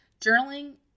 journaling